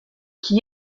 qui